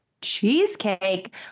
cheesecake